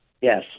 Yes